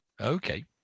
Okay